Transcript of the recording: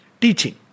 Teaching